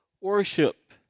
worship